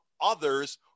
others